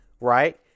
right